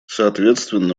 соответственно